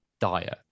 dire